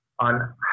on